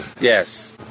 yes